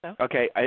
Okay